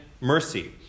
mercy